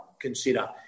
consider